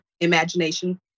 imagination